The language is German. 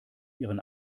ihren